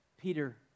Peter